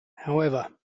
however